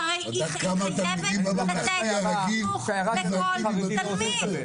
הרי היא חייבת לתת חינוך לכל תלמיד.